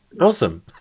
awesome